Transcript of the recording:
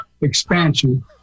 expansion